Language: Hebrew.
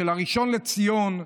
הראשון לציון,